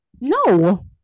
no